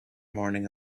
morning